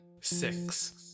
six